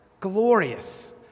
Glorious